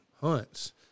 hunts